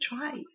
tribes